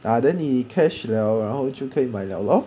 ah then 你 cash 了然后就可以买了 lor